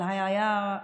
אבל היה,